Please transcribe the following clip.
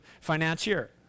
financier